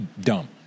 dumb